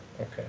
okay